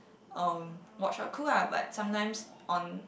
um watch her cook ah but sometimes on